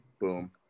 boom